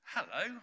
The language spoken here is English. Hello